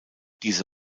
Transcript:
diese